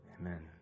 amen